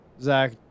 Zach